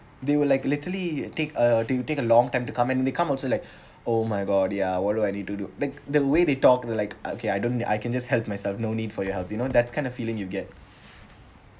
they will like literally take uh they will take a long time to come and they come also like oh my god ya what do I need to do the the way they talk like okay I don't I can just help myself no need for your help you know that kind of feeling you get